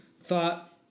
thought